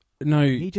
No